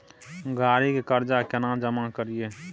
गाड़ी के कर्जा केना जमा करिए?